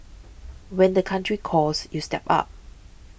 when the country calls you step up